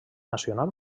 nacional